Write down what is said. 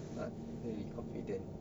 not very confident